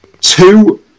Two